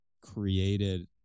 created